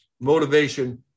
motivation